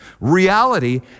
Reality